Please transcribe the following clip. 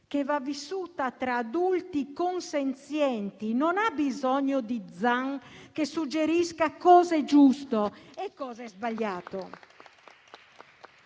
che va vissuta tra adulti consenzienti; non ha bisogno di Zan che suggerisca cosa è giusto e cosa è sbagliato.